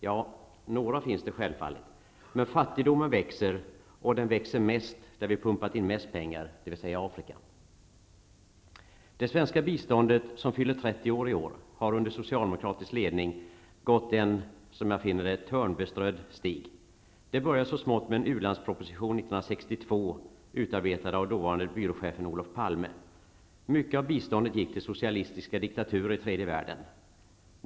Ja, några finns det självfallet, men fattigdomen växer, och den växer mest där vi pumpat in mest pengar, dvs. i Afrika. Det svenska biståndet som fyller 30 år i år har under socialdemokratisk ledning gått en törnbeströdd stig. Det började med en u-landsproposition år Palme. Mycket av biståndet gick till socialistiska diktaturer i tredje världen.